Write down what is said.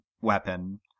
weapon